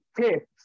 tips